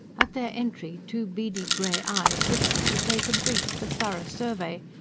at their entry two beady grey eyes lifted to take a brief but thorough survey,